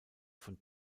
von